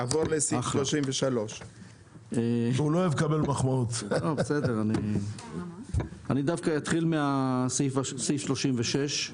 נעבור לסעיף 33. אני דווקא אתחיל מסעיף 36,